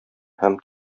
һәм